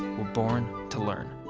we're born to learn.